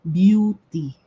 beauty